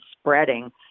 spreading